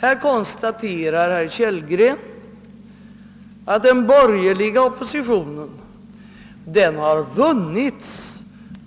Herr Kellgren konstaterar att den borgerliga oppositionen har vunnits